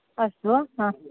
अस्तु वा हा